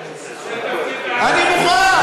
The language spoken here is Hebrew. אני מוכן.